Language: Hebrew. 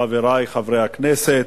חברי חברי הכנסת,